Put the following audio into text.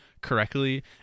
correctly